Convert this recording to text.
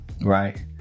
right